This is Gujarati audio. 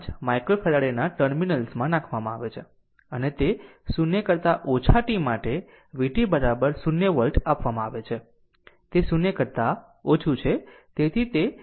5 માઇક્રોફેરાડે ના ટર્મિનલ્સમાં નાખવામાં છે અને તે 0 કરતા ઓછા t માટે vt 0 વોલ્ટ આપવામાં આવે છે તે 0 કરતા ઓછું છે